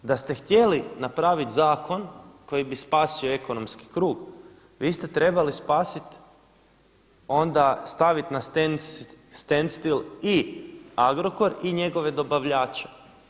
Da ste htjeli napraviti zakon koji bi spasio ekonomski krug, vi ste trebali spasiti, onda staviti na stand still i Agrokor i njegove dobavljače.